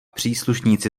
příslušníci